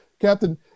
captain